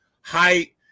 Height